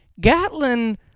Gatlin